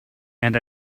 and